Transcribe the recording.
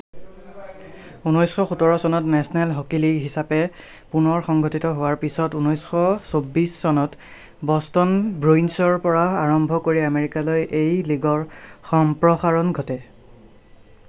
ঊনৈছশ সোতৰ চনত নেচনেল হকী লীগ হিচাপে পুনৰ সংগঠিত হোৱাৰ পিছত ঊনৈছশ চৌব্বিশ চনত বষ্টন ব্ৰুইনছৰ পৰা আৰম্ভ কৰি আমেৰিকালৈ এই লীগৰ সম্প্ৰসাৰণ ঘটে